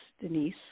Denise